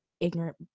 ignorant